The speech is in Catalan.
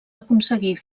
aconseguir